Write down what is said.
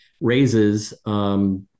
raises